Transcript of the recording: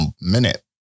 minute